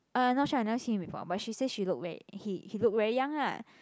uh I not sure I never seen him before but she say she look very he he look very young lah